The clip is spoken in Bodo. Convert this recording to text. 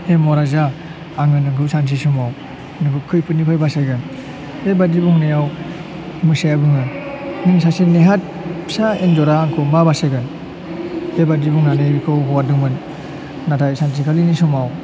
हे महाराजा आङो नोंखौ सानसे समाव नोंखौ खैफोदनिफ्राय बासायगोन बेबायदि बुंनायाव मोसाया बुङो नों सासे नेहाद फिसा एन्जरा आंखौ मा बासायगोन बेबायदि बुंनानै बिखौ हगारदोंमोन नाथाय सानसेखालिनि समाव